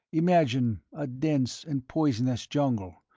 imagine a dense and poisonous jungle,